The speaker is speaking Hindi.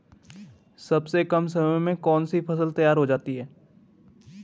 सबसे कम समय में कौन सी फसल तैयार हो जाती है?